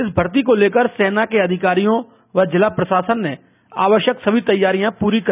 इस भर्ती को लेकर सेना के अधिकरियों व जिला प्रशासन ने आवश्यक सभी तैयारियां पूरी कर ली हैं